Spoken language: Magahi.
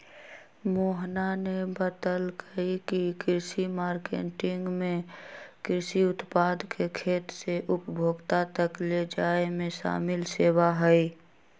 मोहना ने बतल कई की कृषि मार्केटिंग में कृषि उत्पाद के खेत से उपभोक्ता तक ले जाये में शामिल सेवा हई